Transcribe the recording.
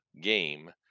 game